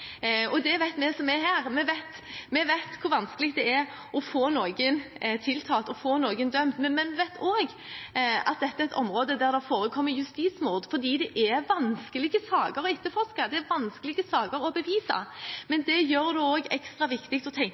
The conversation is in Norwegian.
det er å få noen tiltalt og få noen dømt, men vi vet også at dette er et område der det forekommer justismord, fordi dette er vanskelige saker å etterforske, det er vanskelige saker å bevise. Men det gjør det også ekstra viktig å tenke